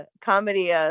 comedy